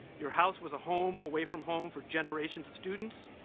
your house was a home away from home for generations of students,